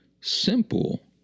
simple